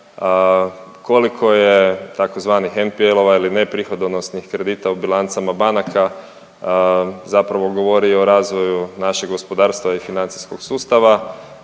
Koliko je tzv. MPL-ova ili neprihodonosnih kredita u bilancama banaka zapravo govori o razvoju našeg gospodarstva i financijskog sustava,